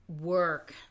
work